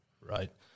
right